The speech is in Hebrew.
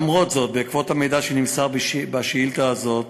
למרות זאת, בעקבות המידע שנמסר בשאילתה הזאת